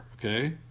okay